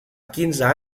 quinze